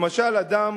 למשל, אדם